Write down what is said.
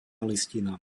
listina